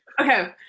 Okay